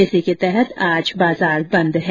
इसी के तहत आज बाजार बंद है